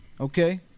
Okay